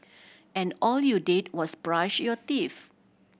and all you did was brush your teeth